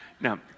Now